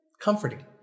comforting